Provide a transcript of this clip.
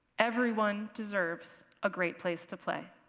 everyone deserves a great place to play.